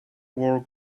wore